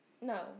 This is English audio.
No